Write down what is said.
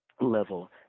level